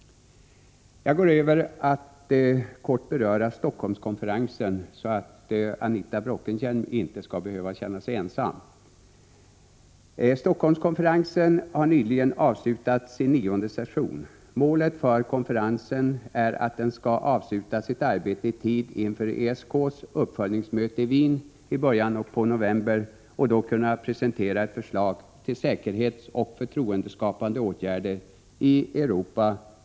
Jag går nu över till att kort beröra Helsingforsskonferensen, så att Anita Bråkenhielm inte skall behöva känna sig ensam. Helsingforsskonferensen har nyligen avslutat sin nionde session. Målet för konferensen är att den skall avsluta sitt arbete i tid inför ESK:s uppföljningsmöte i Wien i början på november och då kunna presentera ett förslag till säkerhetsoch förtroendeskapande åtgärder i Europa.